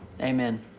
Amen